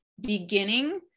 beginning